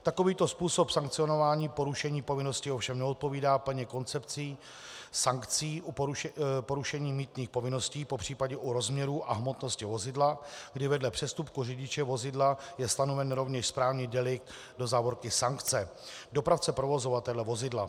Takovýto způsob sankcionování porušení povinnosti ovšem neodpovídá plně koncepci sankcí u porušení mýtných povinností, popřípadě u rozměrů a hmotnosti vozidla, kdy vedle přestupku řidiče vozidla je stanoven rovněž správní delikt /sankce/ dopravce provozovatele vozidla.